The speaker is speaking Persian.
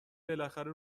بالاخره